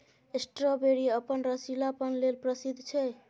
strawberry अपन रसीलापन लेल प्रसिद्ध छै